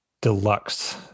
deluxe